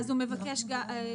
אין בעיה.